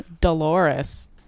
Dolores